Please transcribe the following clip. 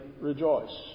rejoice